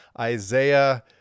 Isaiah